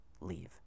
leave